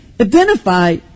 identify